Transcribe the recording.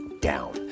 down